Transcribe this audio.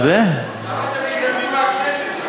אתם מתעלמים מהכנסת?